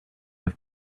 have